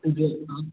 मुझे हाँ